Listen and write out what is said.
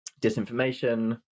disinformation